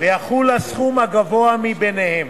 ויחול הסכום הגבוה מביניהם.